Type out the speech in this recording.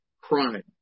crime